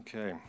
Okay